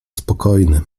spokojny